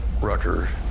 Rucker